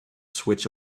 switch